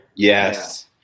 Yes